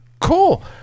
cool